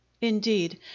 Indeed